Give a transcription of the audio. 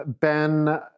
Ben